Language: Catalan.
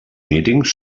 mítings